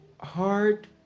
heart